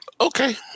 Okay